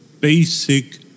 basic